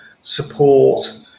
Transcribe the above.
support